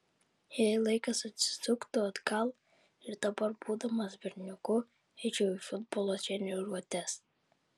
jei laikas atsisuktų atgal ir dabar būdamas berniuku eičiau į futbolo treniruotes